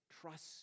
trust